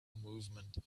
movement